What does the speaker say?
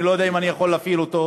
אני לא יודע אם אני יכול להפעיל אותו,